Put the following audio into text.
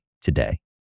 today